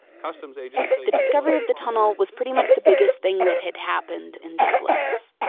customs agents say, the discovery of the tunnel was pretty much the biggest thing that had happened in douglas.